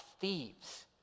thieves